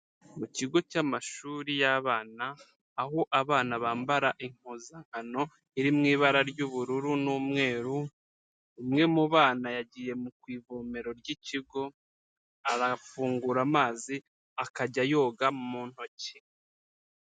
Mu kigo cy'amashuri y'abana, aho abana bambara impuzankano iri mu ibara ry'ubururu n'umweru, umwe mu bana yagiye ku ivomero ry'ikigo, arafungura amazi, akajya yoga mu ntoki.